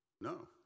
No